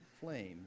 flame